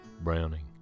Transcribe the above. Browning